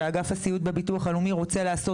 שאגף הסיעוד בביטוח הלאומי רוצה לעשות